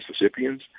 Mississippians